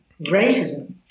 racism